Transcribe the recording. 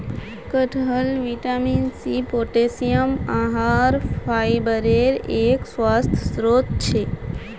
कटहल vitamin C, potassium, आहार फाइबरेर एक स्वस्थ स्रोत छे